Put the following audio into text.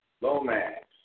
Lomax